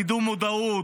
קידום מודעות,